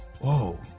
Whoa